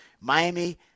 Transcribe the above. Miami